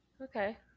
Okay